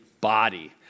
body